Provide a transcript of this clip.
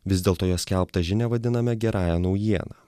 vis dėlto jo skelbtą žinią vadiname gerąja naujiena